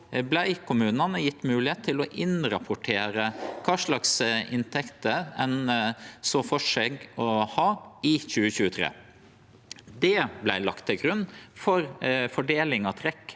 fekk kommunane ei moglegheit til å innrapportere kva slags inntekter dei såg for seg å ha i 2023. Det vart lagt til grunn for fordeling av trekk